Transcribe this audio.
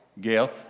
Gail